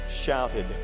shouted